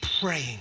praying